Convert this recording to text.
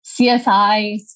CSI